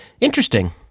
interesting